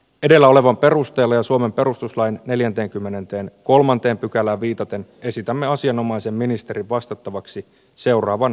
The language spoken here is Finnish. edellä olevan perustelee suomen perustuslain neljänteenkymmenenteen kolmanteen pykälään viitaten esitämme asianomaisen ministerin vastattavaksi seuraavan